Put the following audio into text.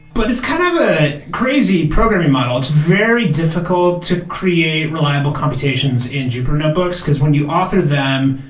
but it's kind of a crazy programming model. it's very difficult to create reliable computations in jupiter notebooks, because when you author them,